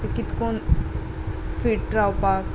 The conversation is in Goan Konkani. ते कितें करून फिट रावपाक